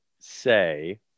say